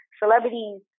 celebrities